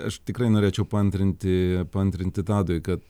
aš tikrai norėčiau paantrinti paantrinti tadui kad